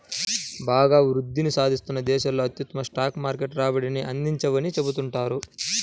బాగా వృద్ధిని సాధిస్తున్న దేశాలు అత్యుత్తమ స్టాక్ మార్కెట్ రాబడిని అందించవని చెబుతుంటారు